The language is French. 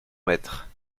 maître